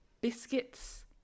biscuits